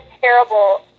terrible